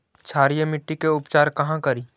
क्षारीय मिट्टी के उपचार कहा करी?